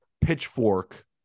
pitchfork